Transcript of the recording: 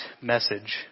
message